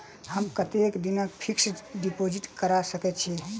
हम कतेक दिनक फिक्स्ड डिपोजिट करा सकैत छी?